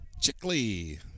Chickley